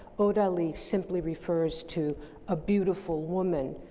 odalisque simply refers to a beautiful woman,